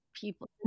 people